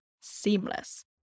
seamless